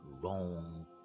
wrong